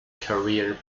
career